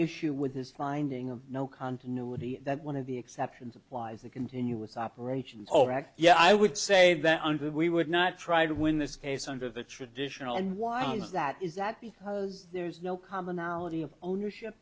issue with his finding of no continuity that one of the exceptions applies the continuous operation oh yeah i would say that we would not try to win this case under the traditional and why is that is that because there is no commonality of ownership